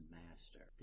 master